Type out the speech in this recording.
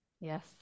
Yes